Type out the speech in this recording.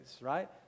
right